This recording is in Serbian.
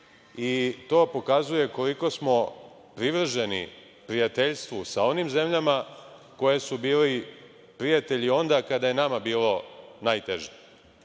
To pokazuje koliko smo privrženi prijateljstvu sa onim zemljama koje su bile prijatelji onda kada je nama bilo najteže. Nema